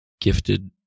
gifted